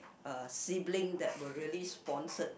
a sibling that will really sponsored